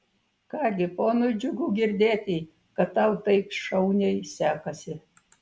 ką gi ponui džiugu girdėti kad tau taip šauniai sekasi